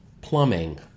plumbing